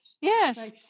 yes